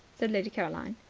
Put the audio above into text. said lady caroline.